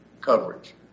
coverage